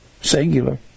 singular